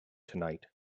tonight